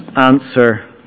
answer